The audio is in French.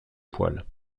poêle